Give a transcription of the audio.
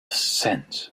scents